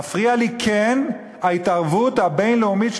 כן מפריעה לי ההתערבות הבין-לאומית של